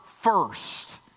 first